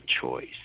choice